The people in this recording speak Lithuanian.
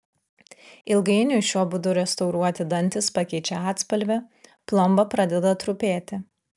ilgainiui šiuo būdu restauruoti dantys pakeičia atspalvį plomba pradeda trupėti